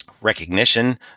recognition